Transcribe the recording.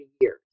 years